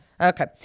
Okay